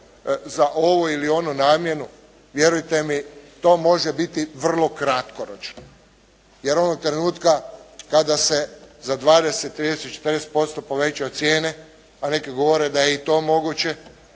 za ovu ili onu namjenu, vjerujte mi, to može biti vrlo kratkoročno. Jer onoga trenutka kada se za 20, 30, 40% povećaju cijene a neki govore da je i to moguće,